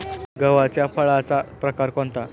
गव्हाच्या फळाचा प्रकार कोणता?